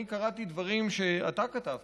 אני קראתי דברים שאתה כתבת